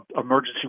emergency